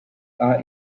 are